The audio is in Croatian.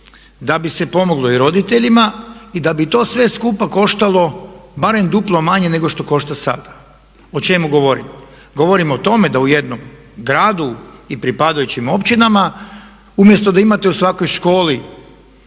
da bi se pomoglo i roditeljima i da bi to sve skupa koštalo barem duplo manje nego što košta sada. O čemu govorim? Govorim o tome da u jednom gradu i pripadajućim općinama umjesto da imate u svakoj školi